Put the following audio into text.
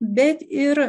bet ir